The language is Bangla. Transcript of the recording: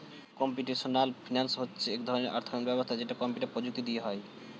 কম্পিউটেশনাল ফিনান্স হচ্ছে এক ধরণের অর্থায়ন ব্যবস্থা যেটা কম্পিউটার প্রযুক্তি দিয়ে হয়